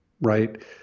right